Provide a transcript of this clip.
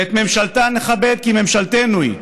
ואת ממשלתה נכבד, כי ממשלתנו היא".